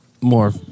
more